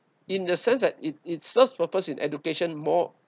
in the sense that it it serves purpose in education more